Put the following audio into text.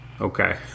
Okay